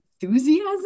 enthusiasm